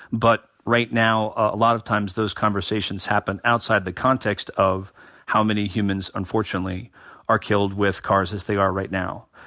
but right now a lot of times those conversations happen outside the context of how many humans unfortunately are killed with cars as they are right now.